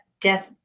death